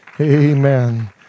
Amen